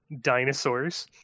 dinosaurs